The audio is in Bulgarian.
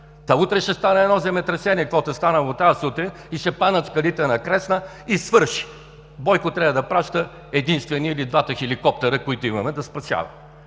Утре ще стане едно земетресение, каквото е станало тази сутрин и ще паднат скалите на Кресна, и свърши! Бойко трябва да праща единствения или двата хеликоптера, които имаме, за да спасяват.